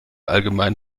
allgemein